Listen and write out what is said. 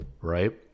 right